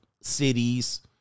cities